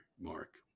Mark